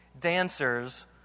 Dancers